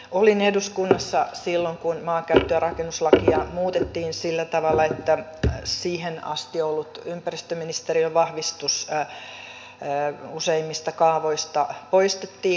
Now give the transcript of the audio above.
olin eduskunnassa silloin kun maankäyttö ja rakennuslakia muutettiin sillä tavalla että siihen asti ollut ympäristöministeriön vahvistus useimmista kaavoista poistettiin